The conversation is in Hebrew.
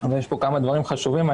אבל יש פה כמה דברים חשובים.